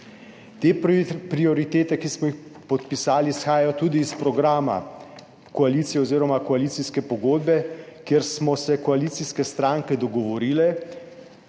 Te prioritete, ki smo jih podpisali, izhajajo tudi iz programa koalicije oziroma koalicijske pogodbe, kjer smo se koalicijske stranke dogovorile,